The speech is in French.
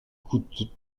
coûte